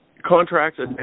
contracts